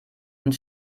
und